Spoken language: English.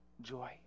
joy